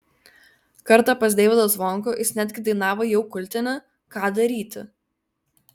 kartą pas deivydą zvonkų jis netgi dainavo jau kultinį ką daryti